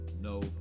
No